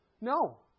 No